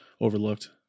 overlooked